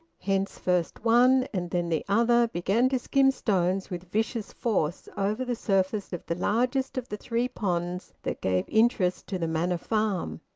hence, first one and then the other began to skim stones with vicious force over the surface of the largest of the three ponds that gave interest to the manor farm.